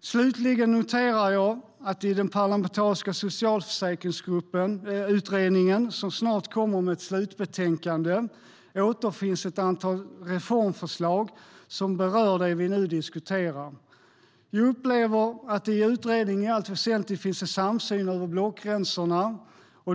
Slutligen noterar jag att det i den parlamentariska socialförsäkringsutredningen som snart kommer med ett slutbetänkande finns ett antal reformförslag som berör det vi nu diskuterar. Jag upplever att det i utredningen i allt väsentligt finns en samsyn över blockgränserna.